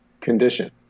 condition